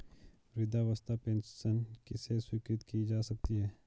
वृद्धावस्था पेंशन किसे स्वीकृत की जा सकती है?